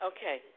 Okay